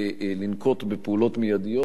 לנקוט פעולות מיידיות.